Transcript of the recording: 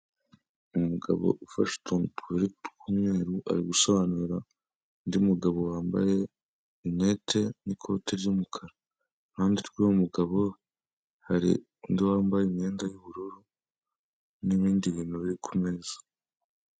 Umugabo ufashe utuntu tubiri tw'mweru, ari gusobanura undi mugabo wambayelnete n'ikoti ry'umukara, iruhande rw'uwo mugabo hari undi wambaye imyenda y'ubururu n'ibindi bintu biri ku meza.